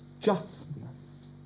justness